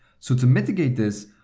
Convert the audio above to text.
so to mitigate this,